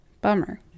Bummer